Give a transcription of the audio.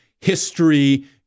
history